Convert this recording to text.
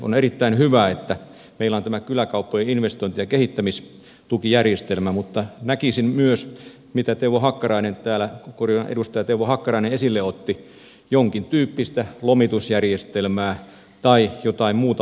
on erittäin hyvä että meillä on tämä kyläkauppojen investointi ja kehittämistukijärjestelmä mutta näkisin myös mitä edustaja teuvo hakkarainen täällä esille otti jonkintyyppistä lomitusjärjestelmää tai jotain muuta mahdollisuutta